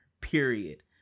period